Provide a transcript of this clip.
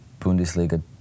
Bundesliga